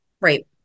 right